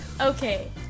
Okay